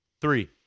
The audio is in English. Three